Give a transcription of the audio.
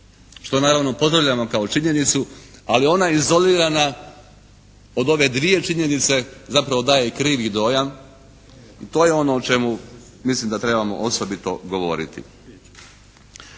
što naravno pozdravljamo kao činjenicu, ali je ona izolirana od ove dvije činjenice, zapravo daje i krivi dojam i to je ono o čemu mislim da trebamo osobito govoriti.